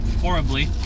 horribly